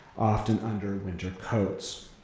often under winter coats.